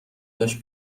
داشت